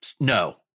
No